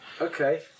Okay